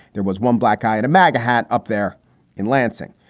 there was one black eyed imag ahat up there in lansing,